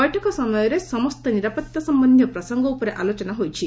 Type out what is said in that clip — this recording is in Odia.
ବୈଠକ ସମୟରେ ସମସ୍ତ ନିରାପତ୍ତା ସମ୍ବନ୍ଧୀୟ ପ୍ରସଙ୍ଗ ଉପରେ ଆଲୋଚନା ହୋଇଛି